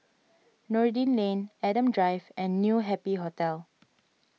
Noordin Lane Adam Drive and New Happy Hotel